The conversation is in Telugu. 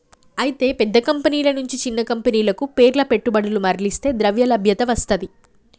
అయితే పెద్ద కంపెనీల నుంచి చిన్న కంపెనీలకు పేర్ల పెట్టుబడులు మర్లిస్తే ద్రవ్యలభ్యత వస్తది